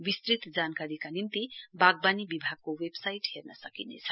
विस्तृत जानकारीका निम्ति वाग्वानी विभागको वेबसाइट हेर्न सकिनेछ